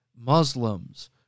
Muslims